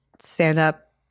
stand-up